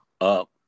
up